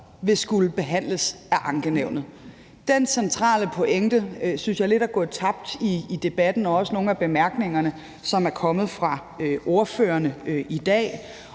vil skulle behandles af ankenævnet. Den centrale pointe synes jeg lidt er gået tabt i debatten og også i nogle af bemærkningerne, som er kommet fra ordførerne i dag.